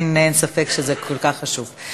אין ספק שזה כל כך חשוב.